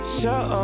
show